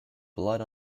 blood